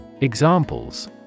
Examples